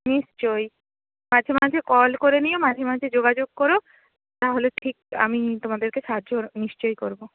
নিশ্চয়ই মাঝেমাঝে কল করে নিও মাঝেমাঝে যোগাযোগ কোরো তাহলে ঠিক আমি তোমাদেরকে সাহায্য নিশ্চয়ই করবো